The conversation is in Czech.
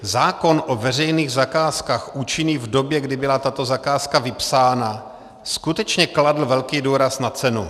Zákon o veřejných zakázkách účinný v době, kdy byla tato zakázka vypsána, skutečně kladl velký důraz na cenu.